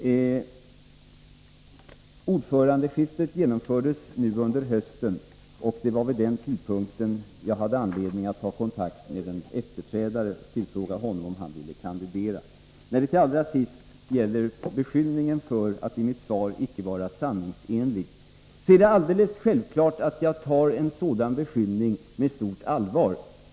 Ordförandeskiftet genomfördes nu under hösten, och det var vid den tidpunkten jag hade anledning att ta kontakt med en efterträdare och tillfråga honom om han ville kandidera. När det till sist gäller beskyllningen för att i mitt svar icke vara sanningsenlig är det alldeles självklart att jag tar en sådan beskyllning med stort allvar.